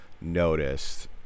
noticed